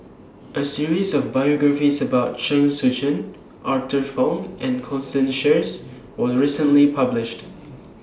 A series of biographies about Chen Sucheng Arthur Fong and Constance Sheares was recently published